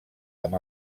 amb